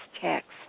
text